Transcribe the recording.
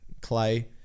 clay